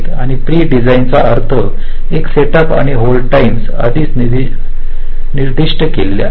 आणि pre design चा अर्थ सेटअप आणि होल्ड टाइम्स आधीच निर्दिष्ट केलेला आहे